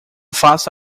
faça